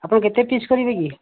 ଆପଣ କେତେ ପିସ୍ କରିବେ କି